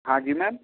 ہاں جی میم